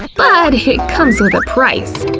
but it comes with a price.